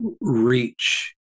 Reach